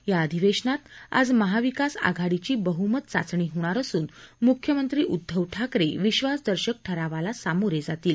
या अधिवेशनात आज महाविकास आघाडीची बहुमत चाचणी होणार असून मुख्यमंत्री उद्दव ठाकरे विश्वासदर्शक ठरावाला सामोरे जातील